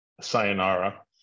sayonara